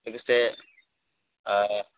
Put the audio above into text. लोगोसे